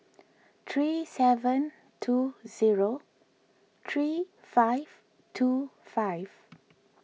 three seven two zero three five two five